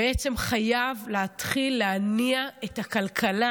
חייב להתחיל להניע את הכלכלה.